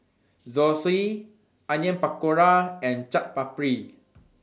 Zosui Onion Pakora and Chaat Papri